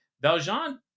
Valjean